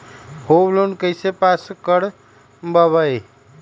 Home loan कैसे pass कर बाबई?